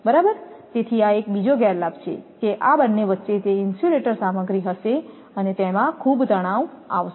બરાબર તેથી આ એક બીજો ગેરલાભ છે કે આ બંને વચ્ચે તે ઇન્સ્યુલેટર સામગ્રી હશે અને તેમાં ખૂબ તણાવ આવશે